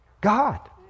God